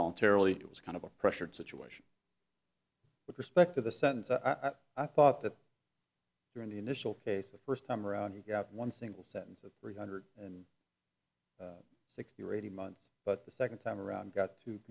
voluntarily it was kind of a pressured situation with respect to the sentence i thought that during the initial case the first time around he got one single sentence of three hundred and sixty or eighty months but the second time around got t